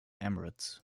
emirates